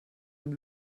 dem